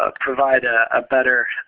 ah provide ah a better,